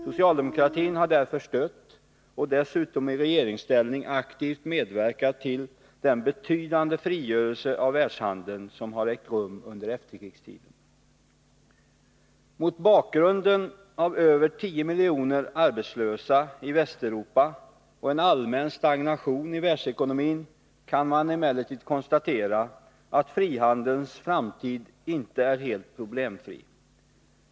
Socialdemokratin har därför stött, och dessutom i regeringsställning aktivt medverkat till, den betydande frigörelse av världshandeln som har ägt rum under efterkrigstiden. Mot bakgrund av över 10 miljoner arbetslösa i Västeuropa och en allmän stagnation i världsekonomin kan man emellertid konstatera att frihandelns framtid inte är helt problemfri.